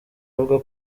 avuga